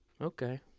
okay